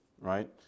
right